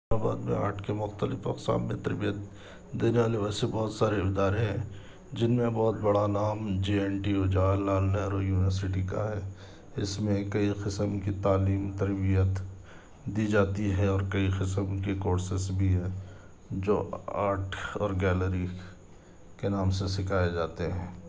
اور آرٹ کے مختلف اقسام میں تربیت دینے والے بہت سارے ادارے ہیں جن میں بہت بڑا نام G N T Jawahar Lal Nehru university کا ہے اس میں کئی قسم کی تعلیم تربیت دی جاتی ہے اور کئی قسم کی کورسز بھی ہیں جو آرٹ اور گیلری کے نام سے سکھائے جاتے ہیں